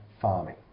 farming